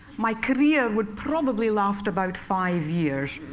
my career would probably last about five years.